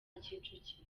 kicukiro